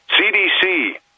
CDC